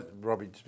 Robbie